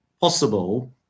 possible